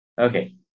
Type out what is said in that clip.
Okay